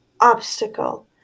obstacle